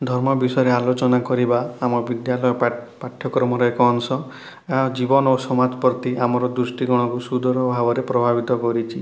ଧର୍ମ ବିଷୟରେ ଆଲୋଚନା କରିବା ଆମ ବିଦ୍ୟାଳୟର ପାଠ୍ୟକ୍ରମର ଏକ ଅଂଶ ଏହା ଜୀବନ ଓ ସମାଜ ପ୍ରତି ଆମର ଦୃଷ୍ଟିକୋଣ ସୁଦୂର ଭାବରେ ପ୍ରଭାବିତ କରିଛି